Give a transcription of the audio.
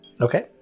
Okay